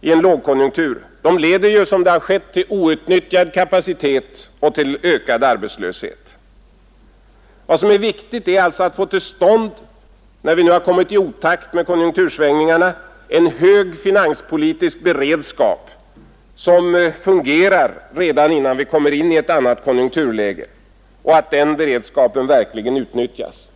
i en lågkonjunktur leder ju, som har skett, till outnyttjad kapacitet och till ökande arbetslöshet. Vad som är viktigt, när vi nu har råkat i otakt med konjunktursvängningarna, är alltså att få till stånd en hög finanspolitisk beredskap, som fungerar redan innan vi kommer in i ett annat konjunkturläge, och att den beredskapen verkligen utnyttjas.